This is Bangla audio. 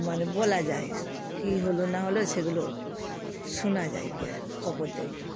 মানে বলা যায় কী হলো না হলো সেগুলো শোনা যায় কি আর খবর দেখলে